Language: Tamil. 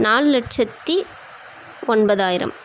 நாலு லட்சத்தி ஒன்பதாயிரம்